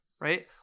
right